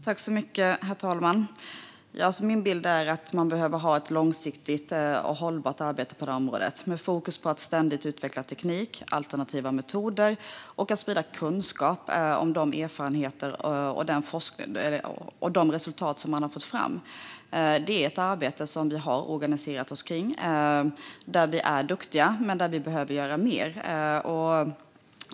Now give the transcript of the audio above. Herr talman! Min bild är att man behöver ha ett långsiktigt och hållbart arbete på detta område med fokus på att ständigt utveckla teknik och alternativa metoder och att sprida kunskap om de erfarenheter och de resultat som man har fått fram. Det är ett arbete som vi har organiserat oss kring. Vi är duktiga, men vi behöver göra mer.